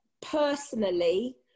personally